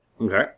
Okay